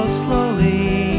slowly